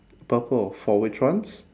purple for which ones